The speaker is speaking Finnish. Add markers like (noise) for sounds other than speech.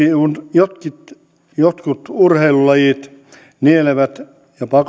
jotkut jotkut urheilulajit nielevät jopa (unintelligible)